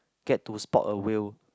get to spot a whale